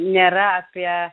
nėra apie